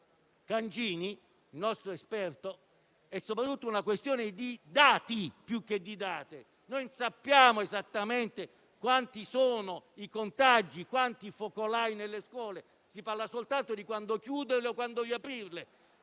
(il nostro esperto) - è soprattutto una questione di dati più che di date: non sappiamo esattamente quanti sono i contagi e i focolai nelle scuole; si parla soltanto di quando chiuderle o riaprirle.